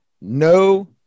no